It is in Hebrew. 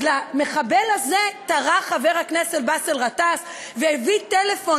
אז למחבל הזה טרח חבר הכנסת באסל גטאס והביא טלפון,